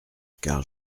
car